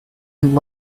and